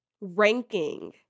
ranking